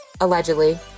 allegedly